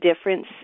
difference